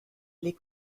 les